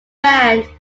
band